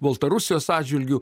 baltarusijos atžvilgiu